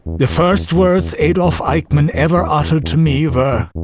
the first words adolph eichmann ever uttered to me were,